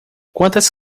quantas